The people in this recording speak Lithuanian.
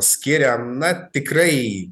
skiriam na tikrai